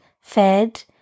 fed